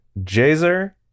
Jazer